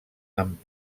amb